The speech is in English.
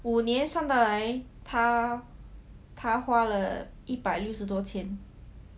五年算到来他他花了一百六十多千